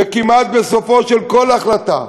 וכמעט בסופה של כל החלטה,